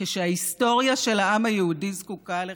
כשההיסטוריה של העם היהודי זקוקה לך?